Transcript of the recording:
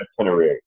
itinerary